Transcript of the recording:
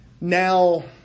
Now